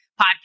podcast